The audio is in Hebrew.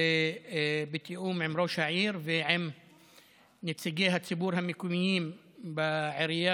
בתיאום עם ראש העיר ועם נציגי הציבור המקומיים בעירייה,